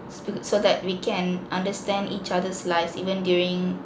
so so that we can understand each other's lives even during